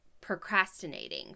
procrastinating